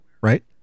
right